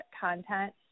content